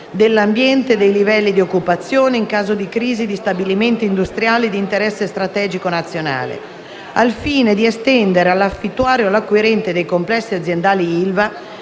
dell'ambiente e dei livelli di occupazione, in caso di crisi di stabilimenti industriali di interesse strategico nazionale», al fine di estendere all'affittuario o all'acquirente dei complessi aziendali ILVA